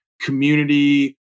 Community